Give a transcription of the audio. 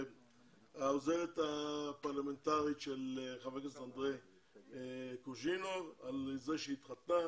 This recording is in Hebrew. את העוזרת הפרלמנטרית של חבר הכנסת אנדרי קוז'ינוב על זה שהיא התחתנה,